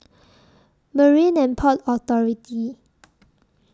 Marine and Port Authority